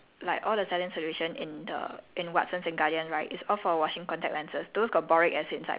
so I started err I can't like I can't find saline solution in singapore like all the saline solution in the